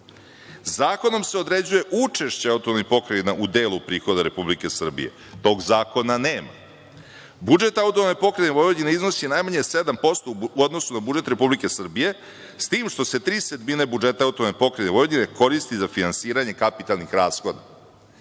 Zakonom se određuje učešće autonomnih pokrajina u delu prihoda Republike Srbije. Tog zakona nema. Budžet AP Vojvodine iznosi najmanje 7% u odnosu na budžet Republike Srbije, s tim što se tri sedmine budžeta AP Vojvodine koristi za finansiranje kapitalnih rashoda.